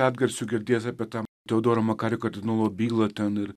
atgarsių girdėjęs apie tą teodoro makariko kardinolo bylą ten ir